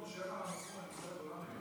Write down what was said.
שיהיה לך על המצפון, אני סרן בגולני.